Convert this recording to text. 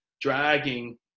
dragging –